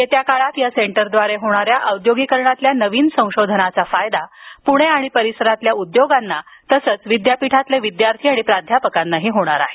येत्या काळात या सेंटरद्वारे होणाऱ्या औद्योगिकरणातील नवीन संशोधनाचा फायदा पृणे आणि परिसरातील उद्योगांना आणि विद्यापीठातील विद्यार्थी प्राध्यापकांनाही होणार आहे